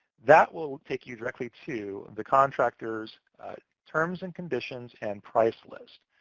that will take you directly to the contractor's terms and conditions and price list,